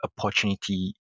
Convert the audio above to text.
opportunity